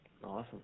Awesome